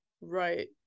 right